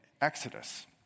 Exodus